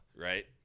Right